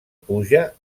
puja